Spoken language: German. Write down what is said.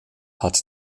hat